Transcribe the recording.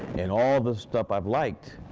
and all the stuff i've liked,